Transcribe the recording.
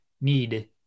need